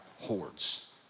hordes